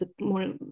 more